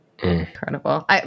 Incredible